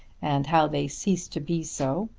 and how they ceased to be so,